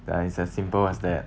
that is as simple as that